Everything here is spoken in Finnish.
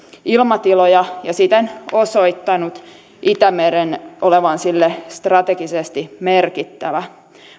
ilmatiloja ja siten osoittanut itämeren olevan sille strategisesti merkittävä